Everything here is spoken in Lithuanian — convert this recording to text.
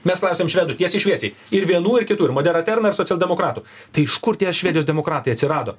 mes klausėm švedų tiesiai šviesiai ir vienų ir kitų ir modera terna ir socialdemokratų tai iš kur tie švedijos demokratai atsirado